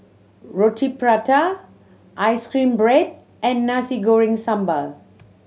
Roti Prata ice cream bread and Nasi Goreng Sambal